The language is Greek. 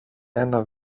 ένα